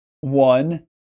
one